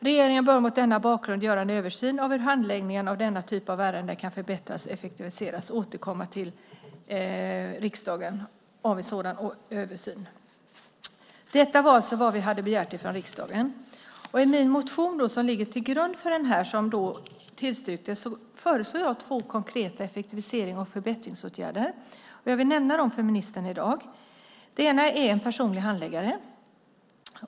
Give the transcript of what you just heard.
Regeringen bör mot denna bakgrund göra en översyn av hur handläggningen av denna typ av ärenden kan förbättras och effektiviseras samt därefter i lämplig form informera riksdagen om resultat av en sådan översyn." Detta var alltså vad vi hade begärt från riksdagen. I min motion som ligger till grund för detta och som tillstyrktes föreslår jag två konkreta effektiviserings och förbättringsåtgärder, och jag vill nämna dem för ministern i dag. Den ena är en personlig handläggare.